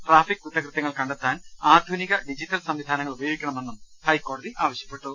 traffic കുറ്റകൃത്യങ്ങൾ കണ്ടെത്താൻ ആധുനിക ഡിജിറ്റൽ സംവിധാനങ്ങൾ ഉപയോഗിക്കണമെന്നും ഹൈക്കോ ടതി ആവശ്യപ്പെട്ടു